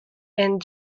and